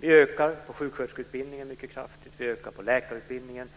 Vi ökar antalet platser på sjuksköterskeutbildningen mycket kraftigt, och vi ökar också platserna på läkarutbildningen.